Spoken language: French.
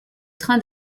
train